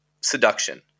seduction